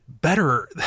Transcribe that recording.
better